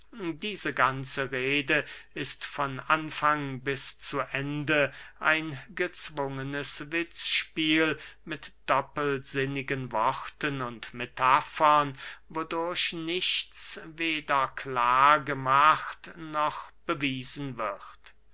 diese ganze rede ist von anfang bis zu ende ein gezwungenes witzspiel mit doppelsinnigen worten und metafern wodurch nichts weder klar gemacht noch bewiesen wird